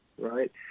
right